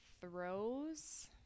throws